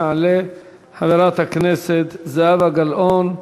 תעלה חברת הכנסת זהבה גלאון,